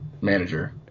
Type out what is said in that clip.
manager